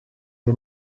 les